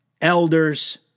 elders